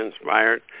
inspired